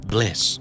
Bliss